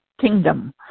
kingdom